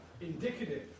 indicative